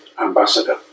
ambassador